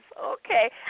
Okay